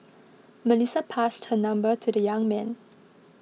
Melissa passed her number to the young man